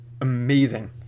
amazing